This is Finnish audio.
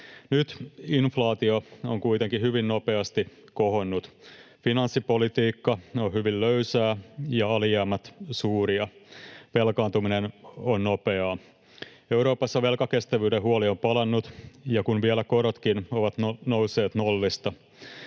Nyt inflaatio on kuitenkin hyvin nopeasti kohonnut. Finanssipolitiikka on hyvin löysää ja alijäämät suuria. Velkaantuminen on nopeaa. Euroopassa velkakestävyyden huoli on palannut, kun vielä korotkin ovat nousseet nollista.